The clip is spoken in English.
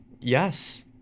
yes